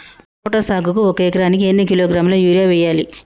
Tomato సాగుకు ఒక ఎకరానికి ఎన్ని కిలోగ్రాముల యూరియా వెయ్యాలి?